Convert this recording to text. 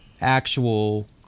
actual